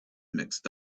mixed